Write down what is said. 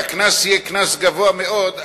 והקנס יהיה קנס גבוה מאוד,